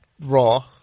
Raw